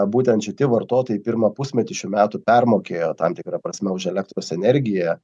būtent šiti vartotojai pirmą pusmetį šių metų permokėjo tam tikra prasme už elektros energiją